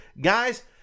Guys